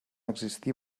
existir